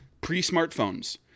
pre-smartphones